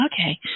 okay